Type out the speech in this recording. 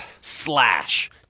Slash